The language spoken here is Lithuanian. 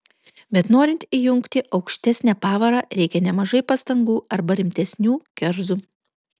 bet norint įjungti aukštesnę pavarą reikia nemažai pastangų arba rimtesnių kerzų